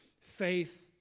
faith